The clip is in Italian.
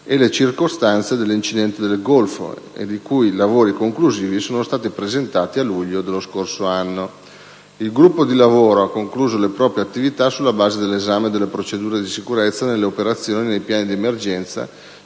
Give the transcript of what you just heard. e le circostanze dell'incidente del Golfo, ed i cui lavori conclusivi sono stati presentati a luglio dello scorso anno. Il gruppo di lavoro della commissione ha concluso le proprie attività sulla base dell'esame delle procedure di sicurezza nelle operazioni e dei piani di emergenza